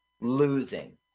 losing